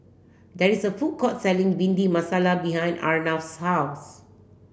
there is a food court selling bindi masala behind Arnav's house